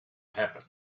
happen